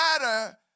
matter